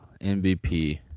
MVP